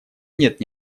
нет